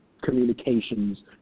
communications